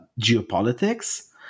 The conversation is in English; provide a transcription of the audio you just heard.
geopolitics